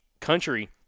country